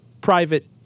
private